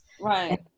Right